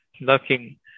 looking